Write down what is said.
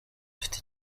afite